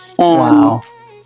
Wow